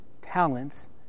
talents